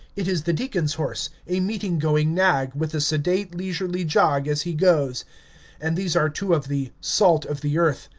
it is the deacon's horse, a meeting-going nag, with a sedate, leisurely jog as he goes and these are two of the salt of the earth,